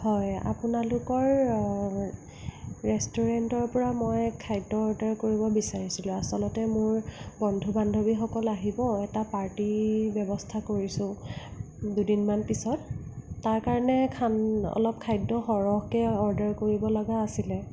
হয় আপোনালোকৰ ৰেষ্টুৰেণ্টৰ পৰা মই খাদ্য অৰ্ডাৰ কৰিব বিচাৰিছিলোঁ আচলতে মোৰ বন্ধু বান্ধৱীসকল আহিব এটা পাৰ্টীৰ ব্যৱস্থা কৰিছোঁ দুদিনমান পিছত তাৰ কাৰণে খান অলপ খাদ্য় অলপ সৰহকৈ খাদ্য অৰ্ডাৰ কৰিব লগা আছিলে